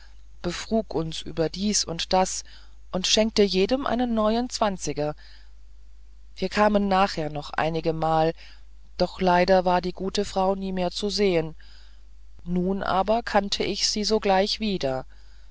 befrug uns über dies und das und schenkte jedem einen neuen zwanziger wir kamen nachher noch einigemal doch leider war die gute frau nie mehr zu sehen nun aber kannte ich sie sogleich wieder